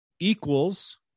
equals